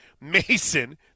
Mason